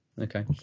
Okay